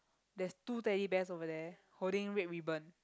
there's two Teddy Bears over there holding red ribbon